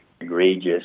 egregious